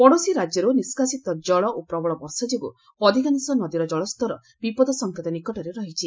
ପଡ଼ୋଶୀ ରାଜ୍ୟରୁ ନିଷ୍କାସିତ ଜଳ ଓ ପ୍ରବଳ ବର୍ଷା ଯୋଗୁଁ ଅଧିକାଂଶ ନଦୀର ଜଳସ୍ତର ବିପଦ ସଙ୍କେତ ନିକଟରେ ରହିଛି